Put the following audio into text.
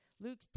Luke